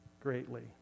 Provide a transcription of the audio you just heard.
greatly